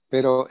Pero